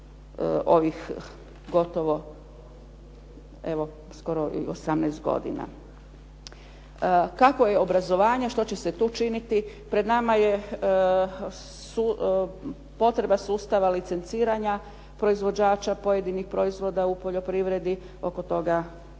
Kakvo je obrazovanje? Što će se tu činiti? Pred nama je potreba sustava licenciranja proizvođača pojedinih proizvoda u poljoprivredi. Oko toga